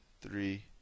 three